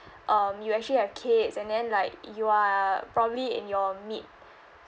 um you actually have kids and then like you are probably in your mid